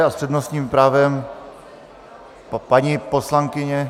A s přednostním právem paní poslankyně...